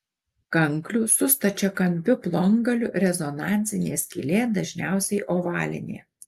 kanklių su stačiakampiu plongaliu rezonansinė skylė dažniausiai ovalinė